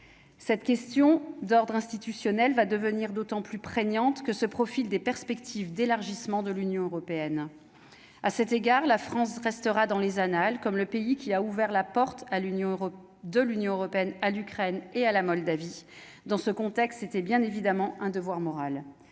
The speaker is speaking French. Cette question d'ordre institutionnel va devenir d'autant plus prégnante que se profilent des perspectives d'élargissement de l'Union européenne à cet égard la France restera dans les annales comme le pays qui a ouvert la porte à l'Union européenne, de l'Union européenne à l'Ukraine et à la Moldavie dans ce contexte, c'était bien évidemment un devoir moral,